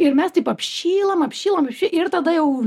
ir mes taip apšylam apšilam ir tada jau